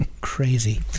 crazy